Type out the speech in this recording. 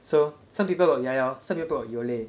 so some people got llaollao some people got yole